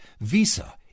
Visa